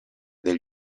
del